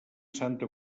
santa